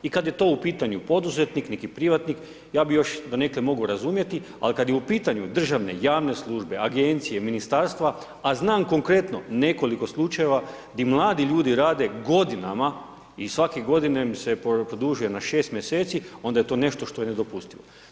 I kad je to u pitanju poduzetnik, neki privatnik, ja bi još donekle mogao razumjeti, ali kad je u pitanju državne, javne službe, Agencije, Ministarstva, a znam konkretno nekoliko slučajeva gdje mladi ljudi rade godinama i svake godine im se produžuje na 6 mjeseci, onda je to nešto što je nedopustivo.